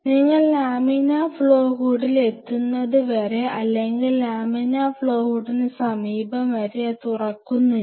നിങ്ങൾ laminar flow ഹൂഡിൽ എത്തുന്നതുവരെ അല്ലെങ്കിൽ ലാമിനാർ ഫ്ലോ ഹുഡിന് സമീപം വരെ അത് തുറക്കുന്നില്ല